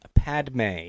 Padme